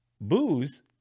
booze